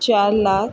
चार लाख